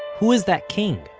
who is that king?